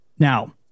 Now